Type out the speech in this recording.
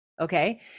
okay